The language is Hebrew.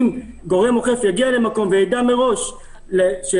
אם גורם אוכף יגיע למקום וידע מראש שהקנס